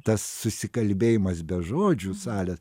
tas susikalbėjimas be žodžių salės